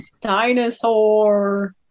Dinosaur